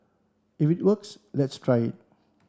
if it works let's try it